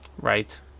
Right